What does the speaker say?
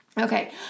Okay